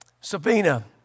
Sabina